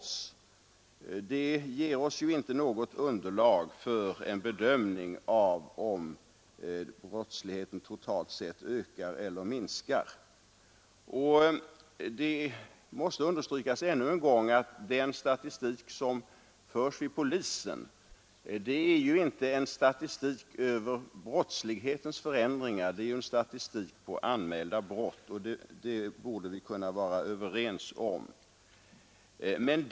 Det ger oss inte något underlag för en bedömning av huruvida brottsligheten totalt sett ökar eller minskar. Det måste ännu en gång understrykas att den statistik som föres av polisen inte är en statistik över brottslighetens förändringar utan en statistik över anmälda brott. Det borde vi kunna vara överens om.